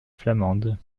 flamande